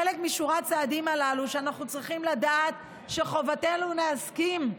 חלק משורת הצעדים הללו הוא שאנחנו צריכים לדעת שחובתנו להסכים,